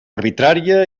arbitrària